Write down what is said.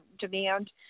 demand